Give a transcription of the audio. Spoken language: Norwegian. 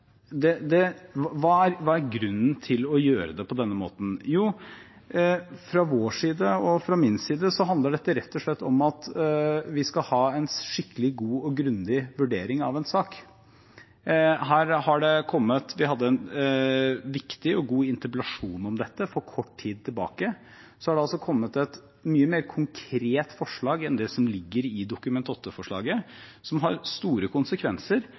Hva er grunnen til å gjøre det på denne måten? Fra vår side – og fra min side – handler det rett og slett om at vi skal ha en skikkelig god og grundig vurdering av en sak. Vi hadde en viktig og god interpellasjon om dette for kort tid tilbake. Så har det kommet et mye mer konkret forslag enn det som ligger i Dokument 8-forslaget, som har store konsekvenser,